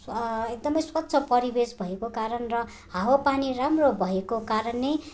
एकदमै स्वच्छ परिवेश भएको कारण र हावापानी राम्रो भएको कारण नै